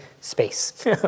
space